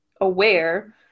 aware